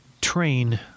train